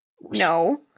no